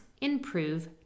improve